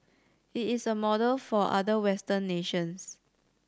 it is a model for other Western nations